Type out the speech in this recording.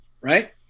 right